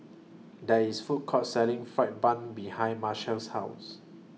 There IS Food Court Selling Fried Bun behind Marshall's House